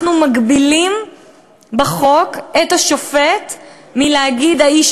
אנחנו מגבילים בחוק את השופט מלהגיד "האיש